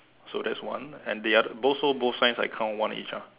so that's one and the other both so both signs I count one each ah